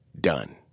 done